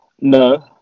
no